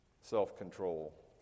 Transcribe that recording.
self-control